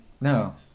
No